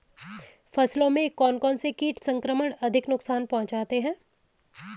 फसलों में कौन कौन से कीट संक्रमण अधिक नुकसान पहुंचाते हैं?